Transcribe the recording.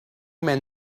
men